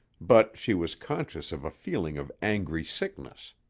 but she was conscious of a feeling of angry sickness.